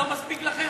לא מספיק לכם?